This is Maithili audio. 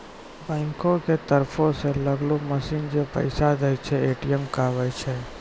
बैंको के तरफो से लगैलो मशीन जै पैसा दै छै, ए.टी.एम कहाबै छै